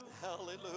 Hallelujah